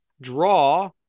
draw